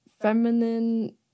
feminine